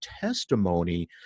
testimony